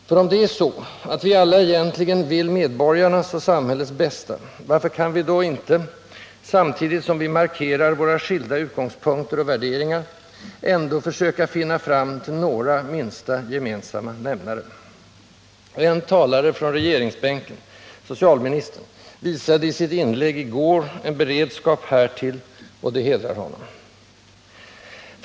För om det är så, att vi alla egentligen vill medborgarnas och samhällets bästa, varför kan vi då inte — samtidigt som vi markerar våra skilda utgångspunkter och värderingar — ändå försöka finna fram till några minsta gemensamma nämnare? En talare på regeringsbänken — socialministern — visade i sitt inlägg i går en beredskap härtill, och det hedrar honom.